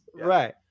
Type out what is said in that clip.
Right